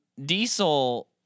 Diesel